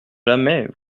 jamais